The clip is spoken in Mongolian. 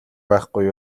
байхгүй